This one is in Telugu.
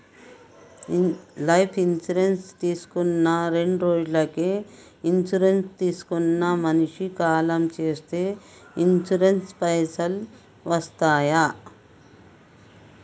లైఫ్ ఇన్సూరెన్స్ తీసుకున్న రెండ్రోజులకి ఇన్సూరెన్స్ తీసుకున్న మనిషి కాలం చేస్తే ఇన్సూరెన్స్ పైసల్ వస్తయా?